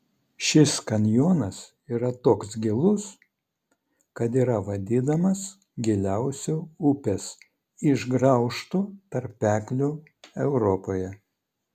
šis kanjonas yra toks gilus kad yra vadinamas giliausiu upės išgraužtu tarpekliu europoje